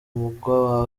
mwuga